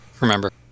remember